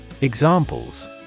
Examples